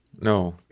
No